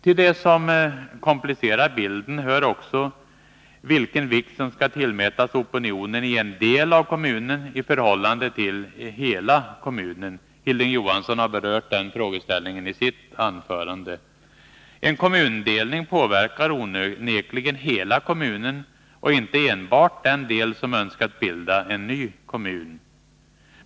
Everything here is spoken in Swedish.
Till det som komplicerar bilden hör också vilken vikt som skall tillmätas opinionen i en viss del av kommunen i förhållande till hela kommunen. Hilding Johansson har berört den frågeställningen i sitt anförande. En kommundelning påverkar onekligen hela kommunen och inte enbart den del som önskat bilda en ny kommun.